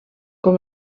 com